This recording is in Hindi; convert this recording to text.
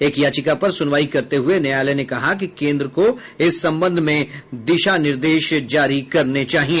एक याचिका पर सुनवाई करते हुए न्यायालय ने कहा कि केंद्र को इस संबंध में दिशा निर्देश जारी किये जाने चाहिए